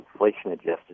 inflation-adjusted